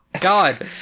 God